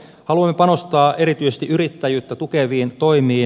haluamme panostaa erityisesti yrittäjyyttä tukeviin toimiin